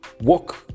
Walk